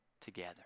together